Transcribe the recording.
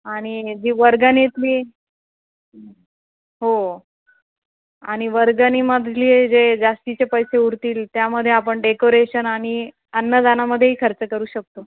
आणि जी वर्गणीतली हो आणि वर्गणीमधले जे जास्तीचे पैसे उरतील त्यामध्ये आपण डेकोरेशन आणि अन्नदानामध्येही खर्च करू शकतो